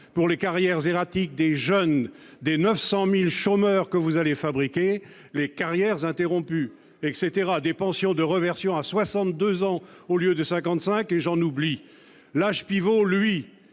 pour les carrières erratiques des jeunes, les 900 000 chômeurs que vous allez fabriquer ou encore les carrières interrompues et des pensions de réversion à 62 ans au lieu de 55- j'en oublie ... L'âge pivot, lui,